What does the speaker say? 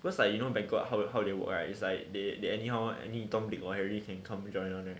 because